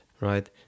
right